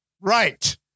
right